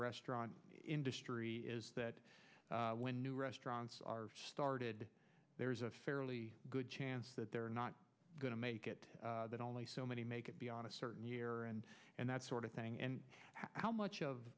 restaurant industry is that when new restaurants are started there's a fairly good chance that they're not going to make it that only so many make it beyond a certain year and and that sort of thing and how much of